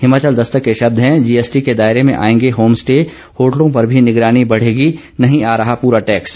हिमाचल दस्तक के शब्द हैं जीएसटी के दायरे में आएंगे होम स्टे होटलों पर भी निगरानी बढ़ेगी नहीं आ रहा पूरा टैक्स